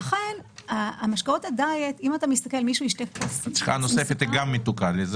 כלומר הצריכה הנוספת היא גם מתוקה.